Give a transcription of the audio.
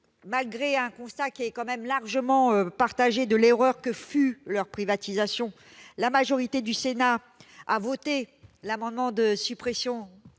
Malgré le constat largement partagé de l'erreur que fut leur privatisation, la majorité du Sénat a voté l'amendement de suppression